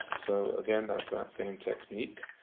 so, again, that's that same technique.